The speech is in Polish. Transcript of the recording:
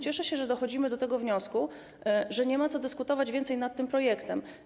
Cieszę się, że dochodzimy do tego wniosku, że nie ma co dyskutować więcej nad tym projektem.